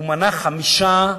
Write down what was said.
והוא מנה חמישה צרכים,